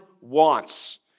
wants